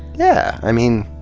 yeah. i mean,